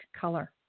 color